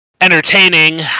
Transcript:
entertaining